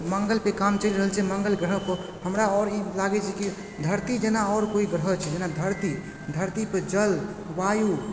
मंगलपे काम चलि रहल छै मंगल ग्रहपे हमरा आओर ई लागय छै की धरती जेना आओर केओ ग्रह छै जेना धरती धरतीपे जल वायु